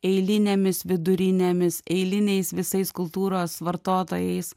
eilinėmis vidurinėmis eiliniais visais kultūros vartotojais